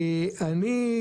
אני,